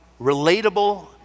relatable